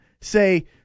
say